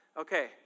Okay